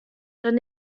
dann